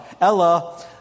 Ella